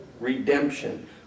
redemption